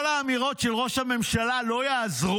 כל האמירות של ראש הממשלה לא יעזרו.